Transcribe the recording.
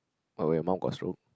what when your mum got stroke